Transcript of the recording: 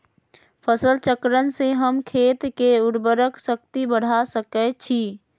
फसल चक्रण से हम खेत के उर्वरक शक्ति बढ़ा सकैछि?